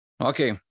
Okay